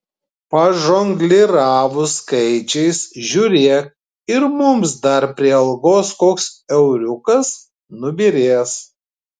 pažongliravus skaičiais žiūrėk ir mums dar prie algos koks euriukas nubyrės